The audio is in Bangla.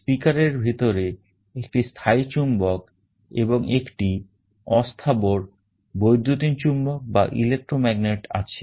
speaker এর ভেতরে একটি স্থায়ী চুম্বক এবং একটি অস্থাবর বৈদ্যুতিন চুম্বক আছে